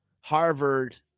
Harvard